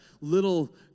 little